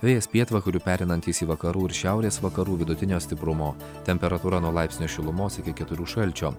vėjas pietvakarių pereinantis į vakarų ir šiaurės vakarų vidutinio stiprumo temperatūra nuo laipsnio šilumos iki keturių šalčio